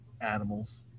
animals